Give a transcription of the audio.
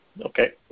Okay